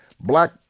Black